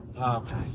Okay